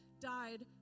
died